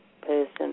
person